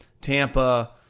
Tampa